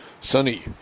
sunny